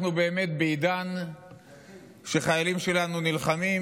אנחנו באמת בעידן שבו חיילים שלנו נלחמים,